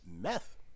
meth